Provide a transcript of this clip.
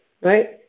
right